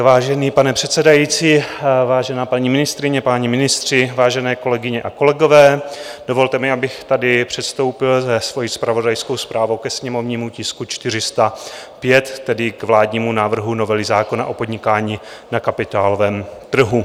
Vážený pane předsedající, vážená paní ministryně, páni ministři, vážené kolegyně a kolegové, dovolte mi, abych tady předstoupil se svojí zpravodajskou zprávou ke sněmovnímu tisku 405, tedy k vládnímu návrhu novely zákona o podnikání na kapitálovém trhu.